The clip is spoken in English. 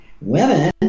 Women